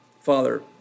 Father